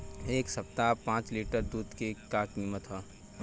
एह सप्ताह पाँच लीटर दुध के का किमत ह?